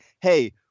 hey